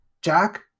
Jack